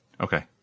Okay